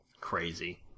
Crazy